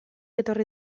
etorri